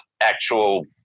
actual